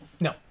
No